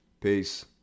Peace